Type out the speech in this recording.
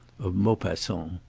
of maupassant.